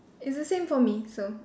it's the same for me so